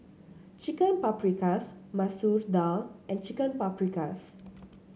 Chicken Paprikas Masoor Dal and Chicken Paprikas